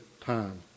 time